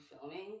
filming